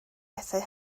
bethau